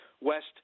West